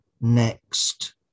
next